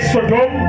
Sodom